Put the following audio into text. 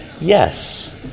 Yes